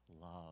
love